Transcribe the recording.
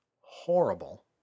horrible